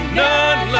none